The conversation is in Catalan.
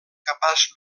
capaç